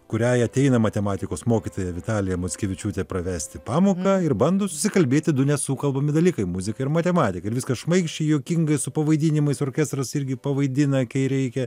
kuriai ateina matematikos mokytoja vitalija mockevičiūtė pravesti pamoką ir bando susikalbėti du nesukalbami dalykai muzika ir matematika ir viskas šmaikščiai juokingai su pavaidinimais orkestras irgi pavaidina kai reikia